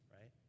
right